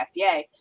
FDA